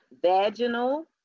vaginal